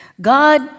God